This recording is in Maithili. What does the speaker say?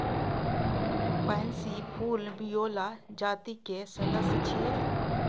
पैंसी फूल विओला जातिक सदस्य छियै